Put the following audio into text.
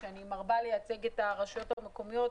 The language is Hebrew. שאני מרבה לייצג את הרשויות המקומיות